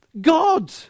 God